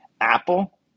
Apple